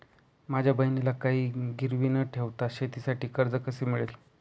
माझ्या बहिणीला काहिही गिरवी न ठेवता शेतीसाठी कर्ज कसे मिळेल?